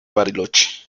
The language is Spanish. bariloche